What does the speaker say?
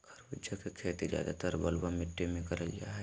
खरबूजा के खेती ज्यादातर बलुआ मिट्टी मे करल जा हय